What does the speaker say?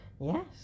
Yes